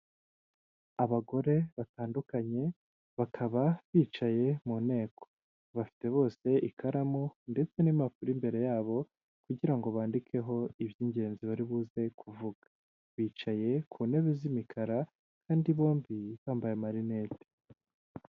Abagore batandukanye bakaba bicaye mu nteko, bafite bose ikaramu ndetse n'impapuro imbere yabo kugira ngo bandikeho iby'ingenzi bari buze kuvuga, bicaye ku ntebe z'imikara kandi bombi bambaye amarinete.